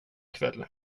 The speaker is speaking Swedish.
kväll